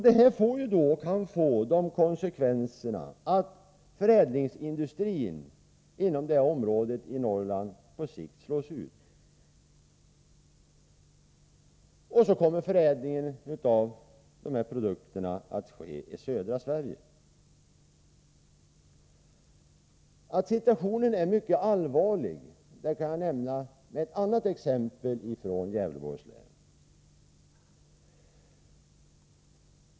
Detta kan få de konsekvenserna att förädlingsindustrin inom detta område i Norrland på sikt slås ut, och så kommer förädlingen av dessa produkter att ske i södra Sverige. Att situationen är mycket allvarlig kan jag belysa med ett annat exempel från Gävleborgs län.